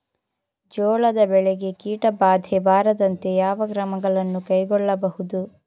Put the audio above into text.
ಜೋಳದ ಬೆಳೆಗೆ ಕೀಟಬಾಧೆ ಬಾರದಂತೆ ಯಾವ ಕ್ರಮಗಳನ್ನು ಕೈಗೊಳ್ಳಬಹುದು?